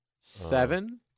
Seven